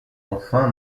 enfin